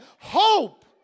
Hope